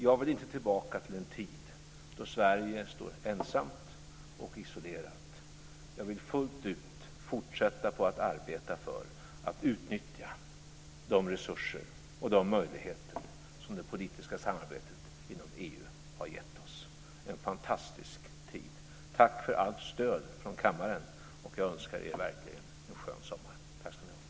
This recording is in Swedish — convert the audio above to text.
Jag vill inte tillbaka till en tid då Sverige stod ensamt och isolerat. Jag vill fullt ut fortsätta att arbeta för att utnyttja de resurser och de möjligheter som det politiska samarbetet inom EU har gett oss. Det har varit en fantastisk tid. Tack för allt stöd från kammaren. Jag önskar er verkligen en skön sommar. Tack ska ni ha.